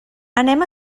anem